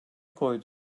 koydu